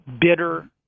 bitter